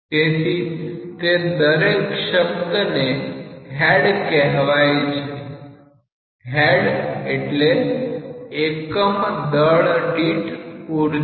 તેથી તે શબ્દને હેડ કહેવાય છે હેડ એટલે એકમ દળ દીઠ ઉર્જા